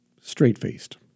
straight-faced